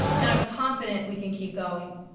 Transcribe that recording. and i'm confident we can keep going.